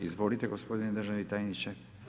Izvolite gospodine državni tajniče.